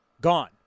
Gone